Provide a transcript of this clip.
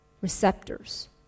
receptors